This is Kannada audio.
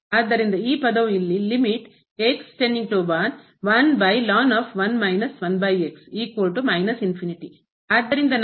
ಆದ್ದರಿಂದ ಈ ಪದವು ಇಲ್ಲಿ ಆದ್ದರಿಂದ ನಮಗೆ ಫಾರ್ಮ್ ಇದೆ